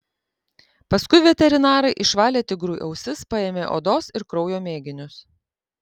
paskui veterinarai išvalė tigrui ausis paėmė odos ir kraujo mėginius